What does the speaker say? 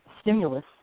stimulus